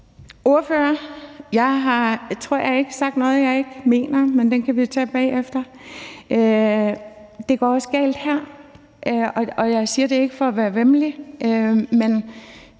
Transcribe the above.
Ordfører, jeg tror ikke, at jeg har sagt noget, jeg ikke mener, men den kan vi jo tage bagefter. Det går også galt her. Jeg siger det ikke for at være væmmelig, men